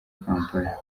kampala